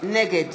נגד